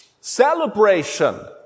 celebration